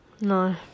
No